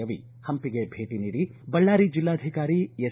ರವಿ ಹಂಪಿಗೆ ಭೇಟಿ ನೀಡಿ ಬಳ್ಳಾರಿ ಜಿಲ್ಲಾಧಿಕಾರಿ ಎಸ್